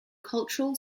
cultural